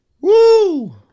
Woo